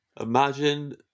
Imagine